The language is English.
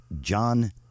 John